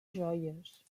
joies